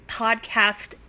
podcast